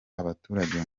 abaturage